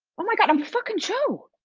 oh my god, i'm fucking jo.